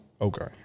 Okay